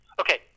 okay